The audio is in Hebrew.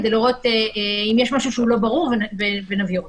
כדי לראות אם יש משהו שהוא לא ברור ונבהיר אותו.